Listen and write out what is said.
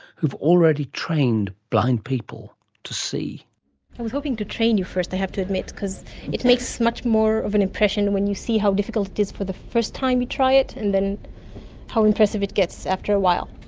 who have already trained blind people to see. i was hoping to train you first, i have to admit, because it makes much more of an impression when you see how difficult it is for the first time you try it and then how impressive it gets after a while.